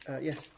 Yes